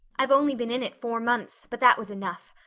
i've only been in it four months, but that was enough.